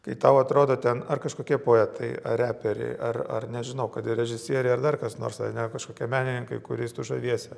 kai tau atrodo ten ar kažkokie poetai ar reperiai ar ar nežinau kad ir režisieriai ar dar kas nors ar ne kažkokie menininkai kuriais tu žaviesi